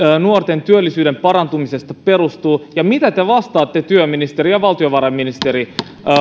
nuorten työllisyyden parantumisesta perustuu ja mitä te vastaatte työministeri ja valtiovarainministeri